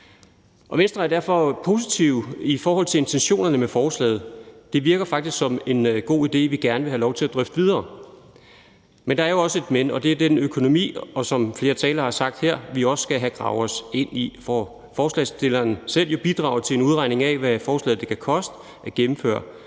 Venstre er derfor positive i forhold til intentionerne med forslaget. Det virker faktisk som en god idé, som vi gerne vil have lov til at drøfte videre. Men der er jo også et men, og det er den økonomi, som vi, som flere talere har sagt her, også skal have gravet os ind i. Forslagsstillerne bidrager jo selv til en udregning af, hvad forslaget kan koste at gennemføre.